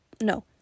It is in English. no